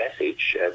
message